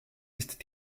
ist